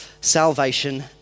salvation